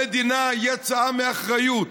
המדינה יצאה מאחריות.